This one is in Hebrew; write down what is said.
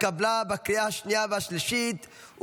התקבלה בקריאה השנייה והשלישית,